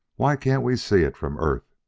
why can't we see it from earth?